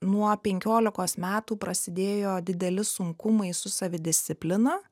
nuo penkiolikos metų prasidėjo dideli sunkumai su savidisciplina